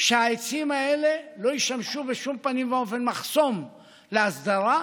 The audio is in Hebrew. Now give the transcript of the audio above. שהעצים האלה לא ישמשו בשום פנים ואופן מחסום להסדרה,